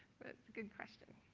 but it's a good question.